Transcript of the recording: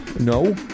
No